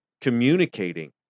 communicating